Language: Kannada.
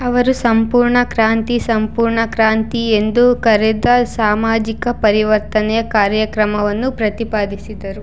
ಅವರು ಸಂಪೂರ್ಣ ಕ್ರಾಂತಿ ಸಂಪೂರ್ಣ ಕ್ರಾಂತಿ ಎಂದು ಕರೆದ ಸಾಮಾಜಿಕ ಪರಿವರ್ತನೆಯ ಕಾರ್ಯಕ್ರಮವನ್ನು ಪ್ರತಿಪಾದಿಸಿದರು